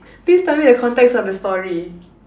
please tell me the context of the story